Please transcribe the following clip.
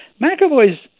McAvoy's